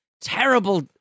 Terrible